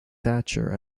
thatcher